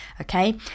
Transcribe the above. Okay